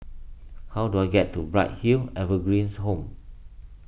how do I get to Bright Hill Evergreens Home